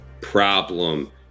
problem